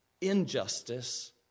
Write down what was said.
injustice